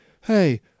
hey